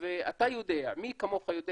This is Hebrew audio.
ומי כמוך יודע